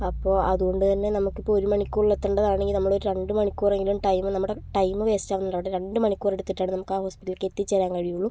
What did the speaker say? അപ്പോൾ അതുകൊണ്ട് തന്നെ നമുക്ക് ഇപ്പോൾ ഒരു മണിക്കൂറിൽ എത്തേണ്ടത് ആണെങ്കിൽ നമ്മളൊരു രണ്ട് മണിക്കൂറെങ്കിലും ടൈം നമ്മുടെ ടൈം വേസ്റ്റ് ആകുന്നുണ്ട് അവിടെ രണ്ട് മണിക്കൂർ എടുത്തിട്ടാണ് നമുക്ക് ആ ഹോസ്പിറ്റലിലേക്ക് എത്തിച്ചേരാൻ കഴിയുകയുള്ളൂ